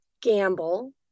gamble